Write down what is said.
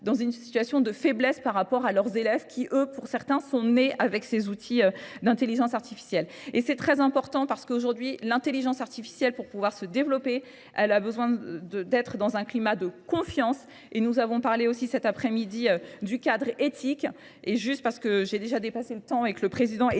dans une situation de faiblesse par rapport à leurs élèves qui eux pour certains sont nés avec ces outils d'intelligence artificielle et c'est très important parce qu'aujourd'hui l'intelligence artificielle pour pouvoir se développer elle a besoin d'être dans un climat de confiance et nous avons parlé aussi cet après midi du cadre éthique et juste parce que j'ai déjà dépassé le temps et que le Président est